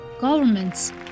governments